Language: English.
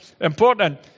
important